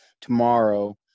Tomorrow